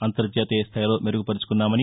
అంతర్జాతీయ స్థాయిలో మెరుగుపర్చుకున్నామని